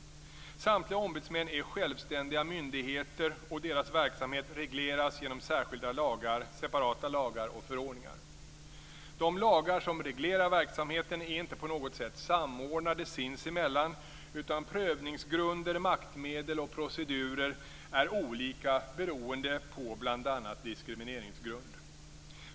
Samtliga ombudsmän är självständiga myndigheter, och deras verksamhet regleras genom separata lagar och förordningar. De lagar som reglerar verksamheten är inte på något sätt samordnade sinsemellan utan prövningsgrunder, maktmedel och procedurer är olika beroende på bl.a. diskrimineringsgrund.